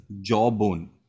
Jawbone